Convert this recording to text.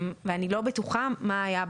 אני לא בטוחה מה היה בעבר.